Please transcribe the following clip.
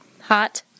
Hot